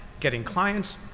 getting clients,